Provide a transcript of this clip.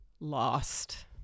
Lost